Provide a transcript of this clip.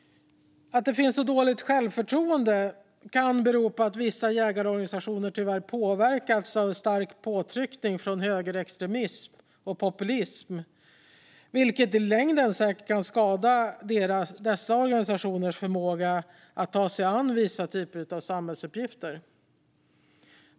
Att det finns ett dåligt självförtroende kan bero på att vissa jägarorganisationer tyvärr har påverkats av stark påtryckning från högerextremism och populism, vilket i längden säkert kan skada dessa organisationers förmåga att ta sig an vissa typer av samhällsuppgifter.